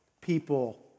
people